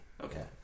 Okay